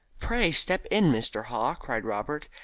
pray step in, mr. haw, cried robert,